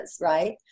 right